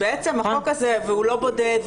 החוק הזה הוא לא בודד,